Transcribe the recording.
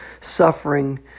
suffering